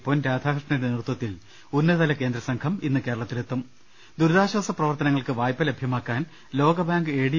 പൊൻരാധാകൃഷ്ണന്റെ നേതൃത്വത്തിൽ ഉന്നതതല കേന്ദ്രസംഘം ഇന്ന് കേര ളത്തിലെത്തും ദുരിതാശ്വാസപ്രവർത്തനങ്ങൾക്ക് വായ്പ ലഭ്യമാക്കാൻ ലോകബാങ്ക് എ ഡി